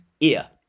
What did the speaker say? ear